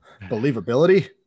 Believability